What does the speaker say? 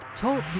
talk